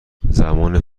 زمان